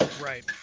Right